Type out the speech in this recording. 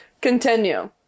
Continue